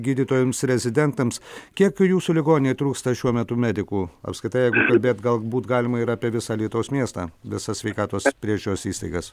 gydytojams rezidentams kiek jūsų ligoninėje trūksta šiuo metu medikų apskritai kalbėt galbūt galima ir apie visą lietuvos miestą visas sveikatos priežiūros įstaigas